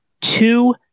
two